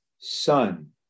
son